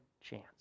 chance